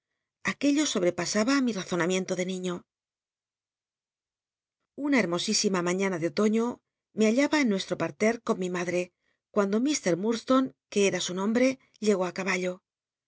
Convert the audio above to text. aquello sobrepasaba i mi razonamiento de niño una hermosísima mañana de otoiio me hallaba rc con mi madre cuando m lfurds en nuestro partcr su nombre llegó t caballo